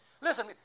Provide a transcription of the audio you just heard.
Listen